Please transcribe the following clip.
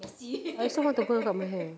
I also want to go and cut my hair